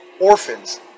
orphans